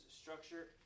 structure